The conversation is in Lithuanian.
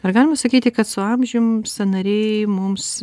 ar galima sakyti kad su amžium sąnariai mums